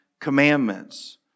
commandments